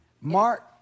Mark